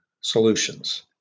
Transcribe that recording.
solutions